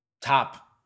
top